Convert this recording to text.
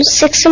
six